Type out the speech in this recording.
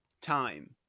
time